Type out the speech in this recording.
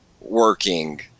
working